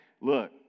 look